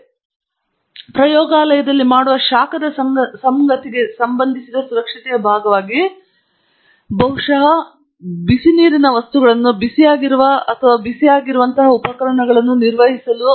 ನಾವು ಪ್ರಯೋಗಾಲಯದಲ್ಲಿ ಮಾಡುವ ಶಾಖದ ಸಂಗತಿಗಳಿಗೆ ಸಂಬಂಧಿಸಿದ ಸುರಕ್ಷತೆಯ ಭಾಗವಾಗಿ ಬಹುಶಃ ಪ್ರಮುಖ ವಿಷಯ ಬಿಸಿನೀರಿನ ವಸ್ತುಗಳನ್ನು ಬಿಸಿಯಾಗಿರುವ ಅಥವಾ ಬಿಸಿಯಾಗಿರುವಂತಹ ಉಪಕರಣಗಳನ್ನು ನಿರ್ವಹಿಸುತ್ತಿದೆ